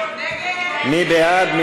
מי בעד?